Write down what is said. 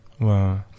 Wow